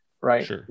right